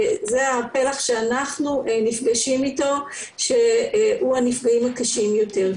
זה הפלח שאנחנו נפגשים איתו שהוא הנפגעים הקשים יותר.